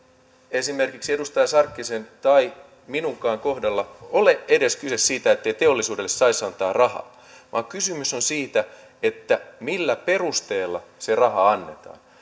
esimerkiksi edustaja sarkkisen tai minunkaan kohdalla ole edes kyse siitä ettei teollisuudelle saisi antaa rahaa vaan kysymys on siitä millä perusteella se raha annetaan